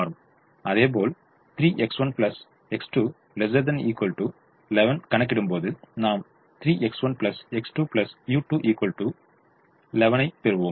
அதேபோல் 3X1 X2 ≤ 11 கணக்கிடும்போது நாம் 3X1 X2 u2 11 பெறுவோம்